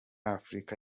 afrika